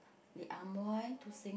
the Amoy to sing